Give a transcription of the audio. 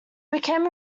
became